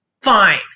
fine